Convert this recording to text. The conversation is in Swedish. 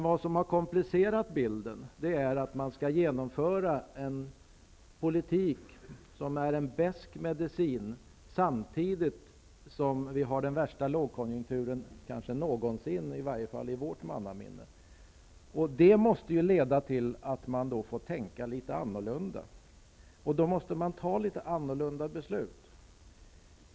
Vad som har komplicerat bilden är att regeringen med besk medicin försöker genomföra ett slags politik samtidigt som vi har den kanske värsta lågkonjunkturen någonsin -- i varje fall i mannaminne. Det måste leda till att man får tänka litet annorlunda och fatta litet annorlunda beslut.